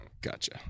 Gotcha